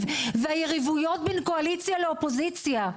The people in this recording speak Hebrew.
והיריבויות בין קואליציה לאופוזיציה.